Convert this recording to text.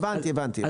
הבנתי, הבנתי.